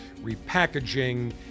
repackaging